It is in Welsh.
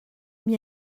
mae